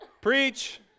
Preach